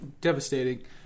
devastating